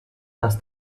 dass